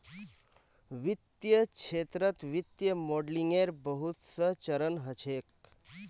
वित्तीय क्षेत्रत वित्तीय मॉडलिंगेर बहुत स चरण ह छेक